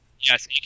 Yes